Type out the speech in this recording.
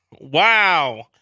wow